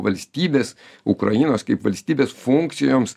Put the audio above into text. valstybės ukrainos kaip valstybės funkcijoms